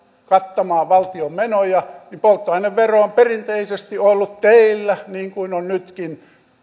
kattamaan valtion menoja niin polttoainevero on perinteisesti ollut teillä niin kuin on nytkin